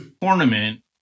tournament